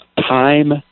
time